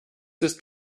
ist